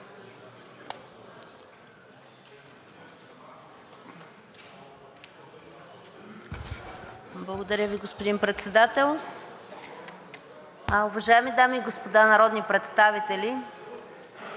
Благодаря Ви, господин Председател. Уважаеми дами и господа народни представители!